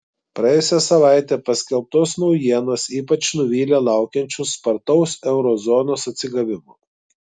praėjusią savaitę paskelbtos naujienos ypač nuvylė laukiančius spartaus euro zonos atsigavimo